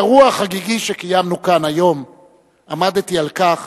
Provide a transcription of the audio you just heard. באירוע החגיגי שקיימנו כאן היום עמדתי על כך